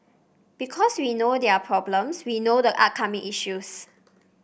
because we know their problems we know the upcoming issues